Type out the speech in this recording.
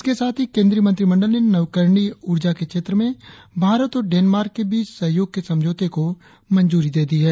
इसके साथ ही केंद्रीय मंत्रिमंडल ने नवीकरणीय ऊर्जा के क्षेत्र में भारत और डेनमार्क के बीच सहयोग के समझौते को मंजूरी दे दी है